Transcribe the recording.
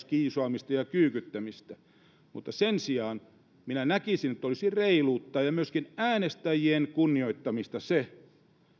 kiusaamista ja kyykyttämistä sen sijaan minä näkisin että olisi reiluutta ja myöskin äänestäjien kunnioittamista se